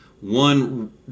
One